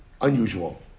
unusual